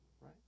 right